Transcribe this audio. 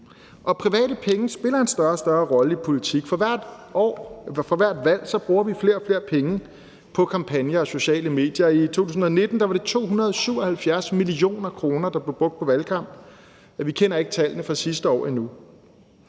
Og private penge spiller en større og større rolle i politik. For hvert valg bruger vi flere og flere penge på kampagner og sociale medier. I 2019 var det 277 mio. kr., der blev brugt på valgkamp, og vi kender ikke tallene fra sidste år endnu.